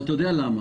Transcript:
אבל אתה יודע למה.